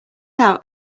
out